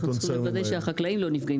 צריך לוודא שהחקלאים לא נפגעים.